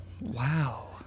Wow